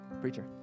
Preacher